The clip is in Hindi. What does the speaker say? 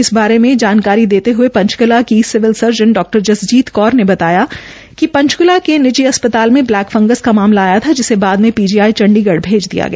इस बारे ये जानकारी देते हये पंचकूला की सिविल सर्जन डॉ जसजीत कौर ने बताया कि पंचकूला में निजी अस्प्ताल में ब्लैक फंगस का मामना आया था जिसे बाद में पीजीआई चंडीगढ़ भेज दिया गया